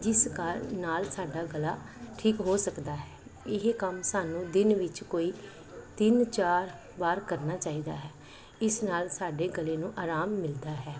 ਜਿਸ ਕਾਰਨ ਨਾਲ ਸਾਡਾ ਗਲਾ ਠੀਕ ਹੋ ਸਕਦਾ ਹੈ ਇਹ ਕੰਮ ਸਾਨੂੰ ਦਿਨ ਵਿੱਚ ਕੋਈ ਤਿੰਨ ਚਾਰ ਵਾਰ ਕਰਨਾ ਚਾਹੀਦਾ ਹੈ ਇਸ ਨਾਲ ਸਾਡੇ ਗਲੇ ਨੂੰ ਆਰਾਮ ਮਿਲਦਾ ਹੈ